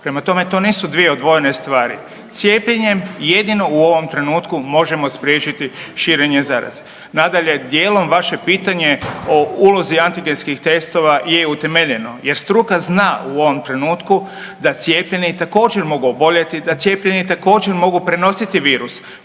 prema tome to nisu dvije odvojene stvari. Cijepljenjem jedino u ovom trenutku možemo spriječiti širenje zaraze. Nadalje, dijelom vaše pitanje o ulozi antigenskih testova je utemeljeno jer struka zna u ovom trenutku da cijepljeni također mogu oboljeti, da cijepljeni također mogu prenositi virus,